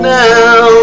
now